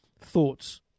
thoughts